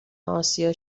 اسیا